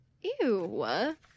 Ew